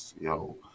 Yo